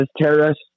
terrorists